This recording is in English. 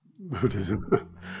buddhism